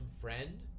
friend